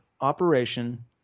operation